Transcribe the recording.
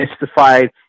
mystified